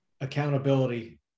accountability